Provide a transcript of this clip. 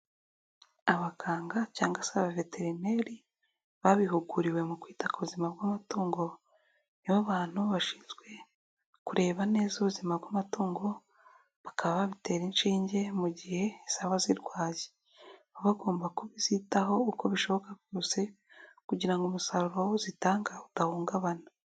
Abaganga cyangwa se veterineri, babihuguriwe mu kwita kuzima bw'umutungo, nibo bantu bashinzwe kureba neza ubuzima bw'amatungo, bakaba babitera inshinge mu gihe zaba zirwaye, baba bagomba kubizitaho uko bishoboka kose kugira ngo umusaruro wo uzitanga udahungabana.